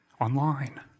online